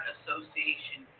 Association